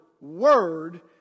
Word